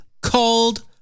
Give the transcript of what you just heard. Called